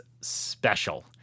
special